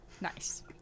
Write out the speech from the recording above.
nice